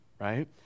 right